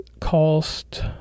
cost